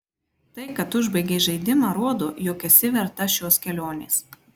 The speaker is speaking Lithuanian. tai kad užbaigei žaidimą rodo jog esi verta šios kelionės